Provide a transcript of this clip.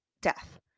death